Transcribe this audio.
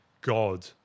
God